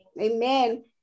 Amen